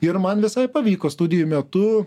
ir man visai pavyko studijų metu